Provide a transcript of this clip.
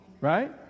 right